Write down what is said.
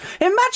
Imagine